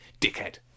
Dickhead